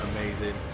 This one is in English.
amazing